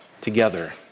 together